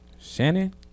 Shannon